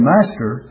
Master